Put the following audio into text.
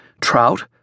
trout